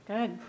Good